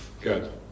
Good